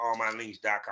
allmylinks.com